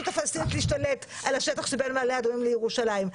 הפלסטינית להשתלט על השטח שבין מעלה אדומים לירושלים.